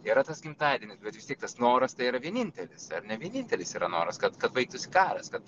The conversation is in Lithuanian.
yra tas gimtadienis bet vis tiek tas noras tai yra vienintelis ar ne vienintelis yra noras kad baigtųsi karas kad